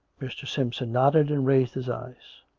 mr. simpson nodded, and raised his eyes.